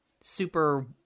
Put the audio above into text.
super